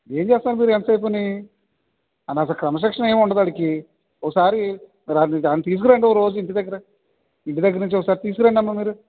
ఏం చేస్తున్నారు మీరు ఎంతసేపూని వాడిని అసల క్రమశిక్షణ ఏమి ఉండటానికి ఒకసారి వాడిని తీసుకురండి ఒకరోజు ఇంటి దగ్గర ఇంటి దగ్గర నుంచి ఒకసారి తీసుకురండమ్మ మీరు